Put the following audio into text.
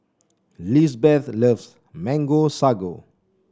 Lizbeth loves Mango Sago